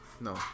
No